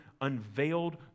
unveiled